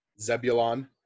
Zebulon